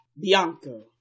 Bianco